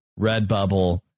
Redbubble